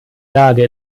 lage